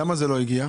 למה זה לא הגיע?